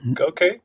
Okay